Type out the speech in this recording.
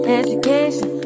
education